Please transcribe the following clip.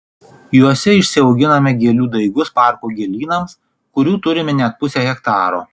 juose išsiauginame gėlių daigus parko gėlynams kurių turime net pusę hektaro